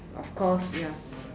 of course ya